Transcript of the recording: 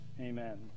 Amen